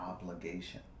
obligation